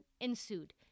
ensued